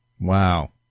Wow